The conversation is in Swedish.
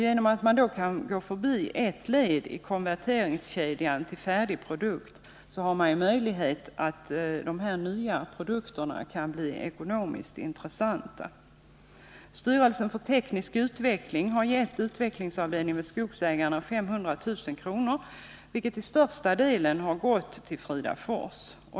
Genom att det är möjligt att gå förbi ett led i konverteringskedjan till färdig produkt kan de nya produkterna bli ekonomiskt intressanta. STU - styrelsen för teknisk utveckling — har beviljat utvecklingsavdelningen vid Skogsägarna 500 000 kr., vilket belopp till största delen har gått till Fridafors.